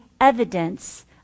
evidence